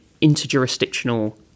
inter-jurisdictional